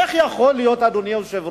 איך יכולה להיות, אדוני היושב-ראש,